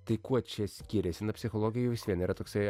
tai kuo čia skiriasi na psichologija jau vis vien yra toksai